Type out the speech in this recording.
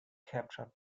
captured